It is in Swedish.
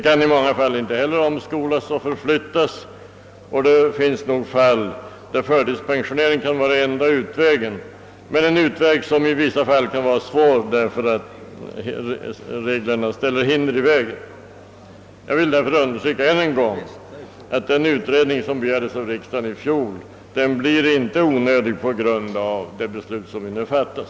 I många fall kan de heller inte omskolas och förflyttas, och det finns nog fall där förtidspensionering kan vara enda utvägen — men en utväg som ibland kan vara svår att tillgripa eftersom reglerna ställer hinder i vägen. Jag vill därför ännu en gång understryka att den utredning som begärdes av riksdagen i fjol inte blir onödig på grund av det beslut vi nu kommer att fatta.